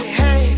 hey